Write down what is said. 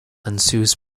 ensues